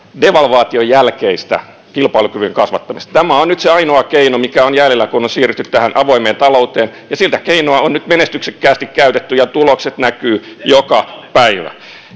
devalvaation jälkeistä kilpailukyvyn kasvattamista tämä on nyt se ainoa keino mikä on jäljellä kun on siirrytty tähän avoimeen talouteen ja sitä keinoa on nyt menestyksekkäästi käytetty ja tulokset näkyvät joka päivä